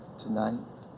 tonight?